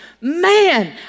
man